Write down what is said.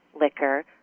liquor